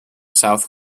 south